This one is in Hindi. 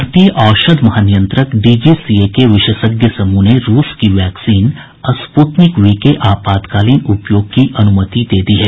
भारतीय औषध महानियंत्रक डीसीजीए के विशेषज्ञ समूह ने रूस की वैक्सीन स्प्रतनिक वी के आपातकालीन उपयोग की अनुमति दे दी है